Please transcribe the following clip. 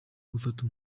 gufata